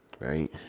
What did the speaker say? Right